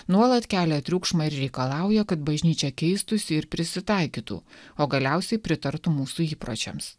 nuolat kelia triukšmą ir reikalauja kad bažnyčia keistųsi ir prisitaikytų o galiausiai pritartų mūsų įpročiams